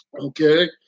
Okay